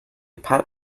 pat